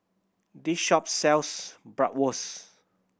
this shop sells Bratwurst